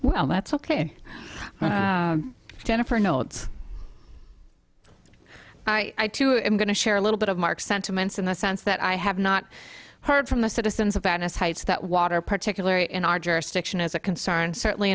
well that's ok jennifer no it's i am going to share a little bit of mark sentiments in the sense that i have not heard from the citizens of venice heights that water particularly in our jurisdiction is a concern certainly